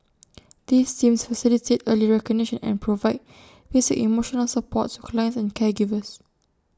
these teams facilitate early recognition and provide basic emotional support to clients and caregivers